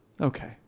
Okay